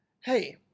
hey